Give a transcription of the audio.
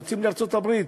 יוצאים לארצות-הברית,